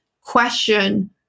question